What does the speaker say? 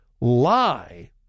lie